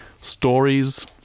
stories